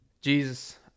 Jesus